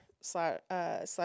slash